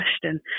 question